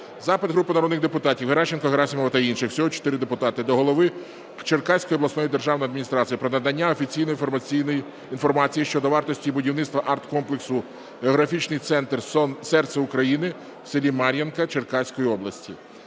Запит групи народних депутатів (Геращенко, Герасимова та інших. Всього 4 депутатів) до голови Черкаської обласної державної адміністрації про надання офіційної інформації щодо вартості будівництва арт-комплексу "Географічний центр – серце України" в селі Мар'янівка Черкаської області.